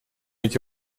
эти